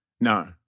no